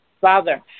Father